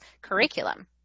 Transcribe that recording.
curriculum